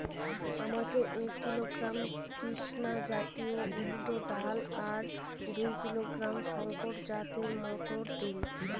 আমাকে এক কিলোগ্রাম কৃষ্ণা জাত উর্দ ডাল আর দু কিলোগ্রাম শঙ্কর জাত মোটর দিন?